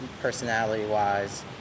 personality-wise